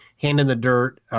hand-in-the-dirt